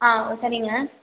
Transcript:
ஆ சரிங்க